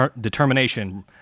determination